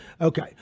Okay